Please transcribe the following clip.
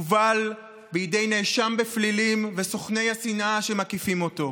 מובל בידי נאשם בפלילים וסוכני השנאה שמקיפים אותו.